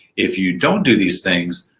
if you don't do these things,